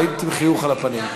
והיית עם חיוך על הפנים.